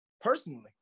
personally